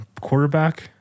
quarterback